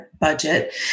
budget